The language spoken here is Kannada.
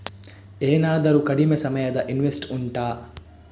ಏನಾದರೂ ಕಡಿಮೆ ಸಮಯದ ಇನ್ವೆಸ್ಟ್ ಉಂಟಾ